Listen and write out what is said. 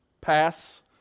Pass